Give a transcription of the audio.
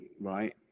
right